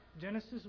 Genesis